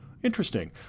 Interesting